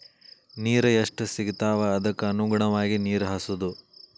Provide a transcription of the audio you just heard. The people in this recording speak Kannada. ನೇರ ಎಷ್ಟ ಸಿಗತಾವ ಅದಕ್ಕ ಅನುಗುಣವಾಗಿ ನೇರ ಹಾಸುದು